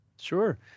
Sure